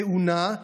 טעונה.